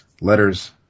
Letters